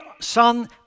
son